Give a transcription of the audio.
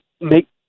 make